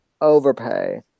overpay